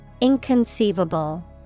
inconceivable